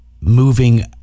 moving